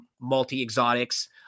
multi-exotics